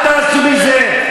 אז אל תעשה עניין.